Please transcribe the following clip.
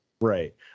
Right